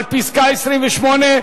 מס' 28,